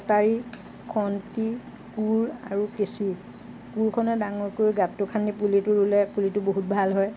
কটাৰি খন্তি কোৰ আৰু কেঁচি কোৰখনৰে ডাঙৰকৈ গাঁতটো খান্দি পুলিটো ৰুলে পুলিটো বহুত ভাল হয়